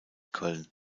köln